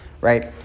right